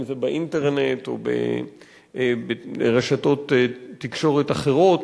בין אם זה באינטרנט או ברשתות תקשורת אחרות,